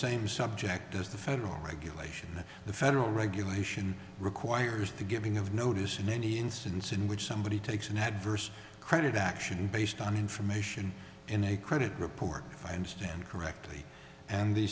same subject as the federal regulation that the federal regulation requires the giving of notice in any instance in which somebody takes an adverse credit action based on information in a credit report i understand correctly and the